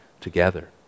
together